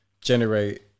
Generate